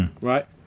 Right